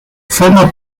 forma